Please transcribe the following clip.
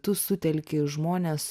tu sutelkti žmones